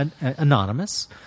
anonymous